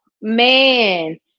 man